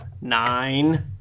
Nine